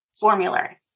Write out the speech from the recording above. formulary